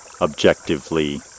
objectively